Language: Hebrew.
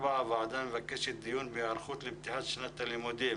הוועדה מבקשת דיון והיערכות לפתיחת שנת הלימודים